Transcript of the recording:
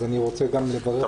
אז אני רוצה גם לברך אותך.